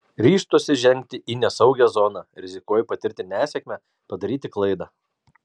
ryžtuosi žengti į nesaugią zoną rizikuoju patirti nesėkmę padaryti klaidą